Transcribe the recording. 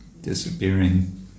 disappearing